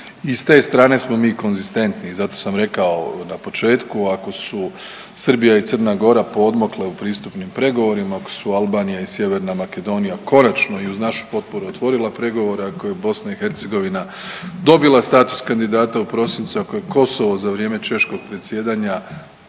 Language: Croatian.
i ste strane smo mi konzistentni. Zato sam rekao na početku ako su Srbija i Crna Gora poodmakle u pristupnim pregovorima, ako su Albanija i Sjeverna Makedonija konačno i uz našu potporu otvorila pregovore, ako je BiH dobila status kandidata u prosincu, ako je Kosovo za vrijeme češkog predsjedanja